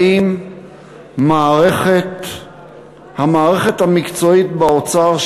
האם המערכת המקצועית באוצר,